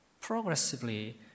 progressively